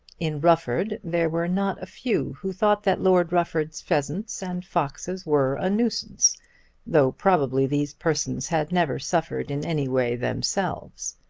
in rufford there were not a few who thought that lord rufford's pheasants and foxes were a nuisance though probably these persons had never suffered in any way themselves.